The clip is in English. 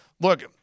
look